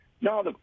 No